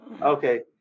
Okay